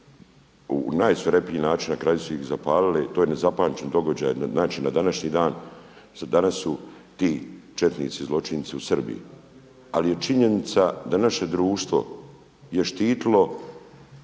u najsvirepiji način, na kraju su ih zapalili. To je nezapamćen događaj, znači na današnji dan. Danas su ti četnici, zločinci u Srbiji. Ali je činjenica da naše društvo je štitilo